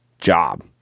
job